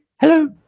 hello